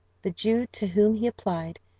the jew, to whom he applied,